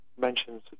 mentions